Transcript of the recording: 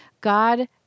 God